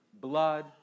blood